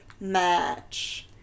match